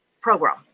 program